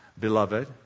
beloved